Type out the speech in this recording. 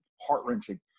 heart-wrenching